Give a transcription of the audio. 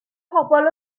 pobl